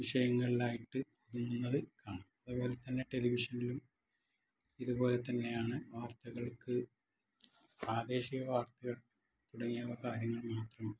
വിഷയങ്ങളിലായിട്ട് ഒതുങ്ങുന്നത് കാണാം അത് പോലെ തന്നെ ടെലിവിഷൻലും ഇത് പോലെ തന്നെയാണ് വാർത്തകൾക്ക് പ്രാദേശിക വാർത്തകൾ തുടങ്ങിയ കാര്യങ്ങൾ മാത്രമാണ്